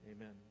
Amen